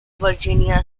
virginia